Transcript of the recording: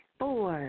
four